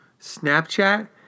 Snapchat